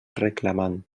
reclamant